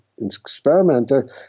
experimenter